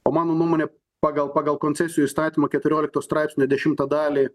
o mano nuomone pagal pagal koncesijų įstatymo keturiolikto straipsnio dešimtą dalį